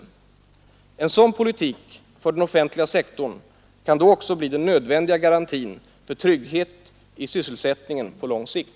En sådan politik för den offentliga sektorn kan då också bli den nödvändiga garantin för trygghet i sysselsättningen på lång sikt.